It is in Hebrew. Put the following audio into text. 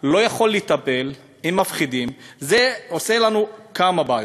לא יכול לטפל, זה עושה לנו כמה בעיות: